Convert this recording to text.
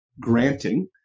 granting